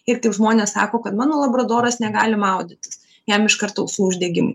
ir taip žmonės sako kad mano labradoras negali maudytis jam iškart ausų uždegimai